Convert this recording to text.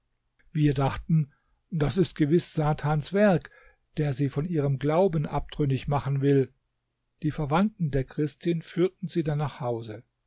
wir dachten das ist gewiß satans werk der sie von ihrem glauben abtrünnig machen will die verwandten der christin führten sie dann nach hause